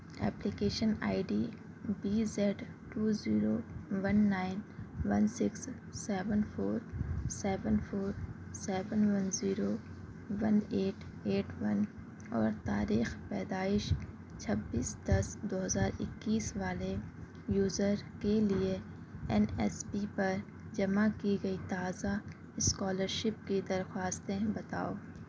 application I D B Z two zero one nine one six seven four seven four seven one zero one eight eight one اور تاریخ پیدائش چھبیس دس دو ہزار اکیس والے یوزر کے لیے این ایس پی پر جمع کی گئی تازہ اسکالرشپ کی درخواستیں بتاؤ